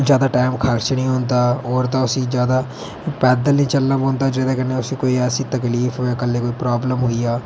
ज्यादा टाइम खर्च नेई होंदा और ते उसी ज्यादा पैदल नेईं चलना पौंदा जेहदे कन्नै उसी कोई ऐसी तकलीफ होऐ कल्लै गी कोई प्रब्ल्मलम होई जा